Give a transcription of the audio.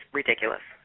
ridiculous